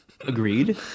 agreed